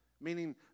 meaning